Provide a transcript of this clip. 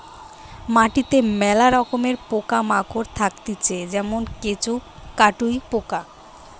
মাটিতে মেলা রকমের পোকা মাকড় থাকতিছে যেমন কেঁচো, কাটুই পোকা